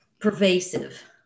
pervasive